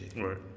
right